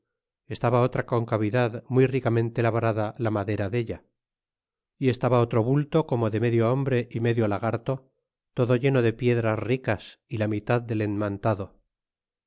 estaba otra concavidad muy ricamente labrada la madera della y estaba otro bulto como de medio hombre y medio lagarto todo lleno de piedras ricas y la mitad del enmantado